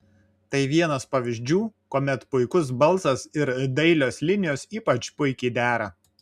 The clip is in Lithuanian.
tai vienas pavyzdžių kuomet puikus balsas ir dailios linijos ypač puikiai dera